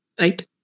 right